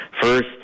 First